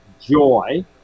joy